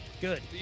good